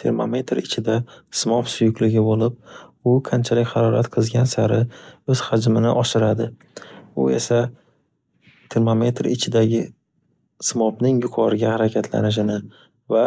Termometr ichida simob suyukligi boʻlib, u qanchalik harorat qizgan sari oʻz hajmini oshiradi. U esa termometr ichidagi simobning yuqoriga harakatlanishini va